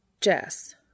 Jess